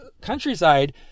countryside